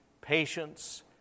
patience